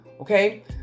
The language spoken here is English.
Okay